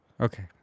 Okay